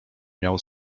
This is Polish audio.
miał